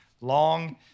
long